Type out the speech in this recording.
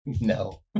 No